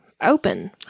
open